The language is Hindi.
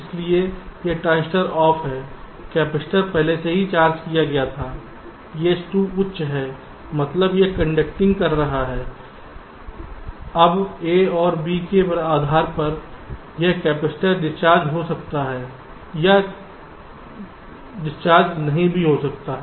इसलिए यह ट्रांजिस्टर ऑफ है कपैसिटर पहले से ही चार्ज किया गया था phi 2 उच्च है मतलब यह कंडक्टिंग कर रहा है अब A और B के आधार पर यह कपैसिटर डिस्चार्ज हो सकता है या डिस्चार्ज नहीं भी हो सकता है